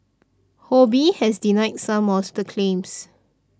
Ho Bee has denied some of the claims